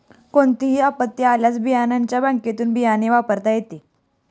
कोणतीही आपत्ती आल्यास बियाण्याच्या बँकेतुन बियाणे वापरता येते